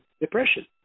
depression